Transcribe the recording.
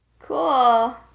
cool